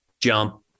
Jump